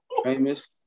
Famous